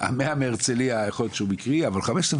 ה-100 מהרצליה יכול להיות שהוא מקרי אבל 5,000